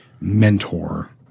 mentor